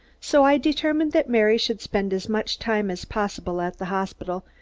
so i determined that mary should spend as much time as possible at the hospital,